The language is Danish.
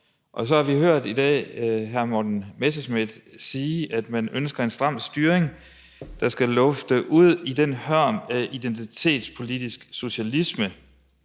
Så har vi hørt i dag hr. Morten Messerschmidt sige, at man ønsker en stram styring, der skal lufte ud i den hørm af identitetspolitisk socialisme.